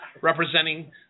representing